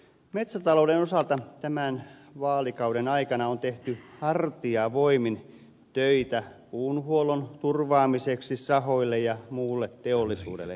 metsätalouden osalta tämän vaalikauden aikana on tehty hartiavoimin töitä puunhuollon turvaamiseksi sahoille ja muulle teollisuudelle